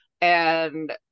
and-